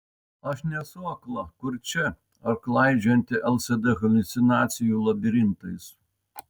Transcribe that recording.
aš nesu akla kurčia ar klaidžiojanti lsd haliucinacijų labirintais